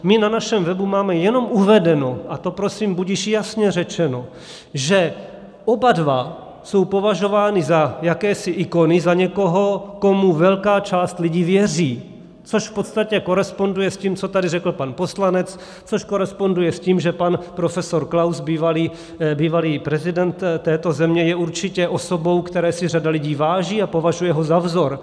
My na našem webu máme jenom uvedenou, a to prosím budiž jasně řečeno, že oba dva jsou považováni za jakési ikony, za někoho, komu velká část lidí věří, což v podstatě koresponduje s tím, co tady řekl pan poslanec, což koresponduje s tím, že pan profesor Klaus, bývalý prezident této země, je určitě osobou, které si řada lidí váží a považuje ho za vzor.